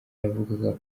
yavugaga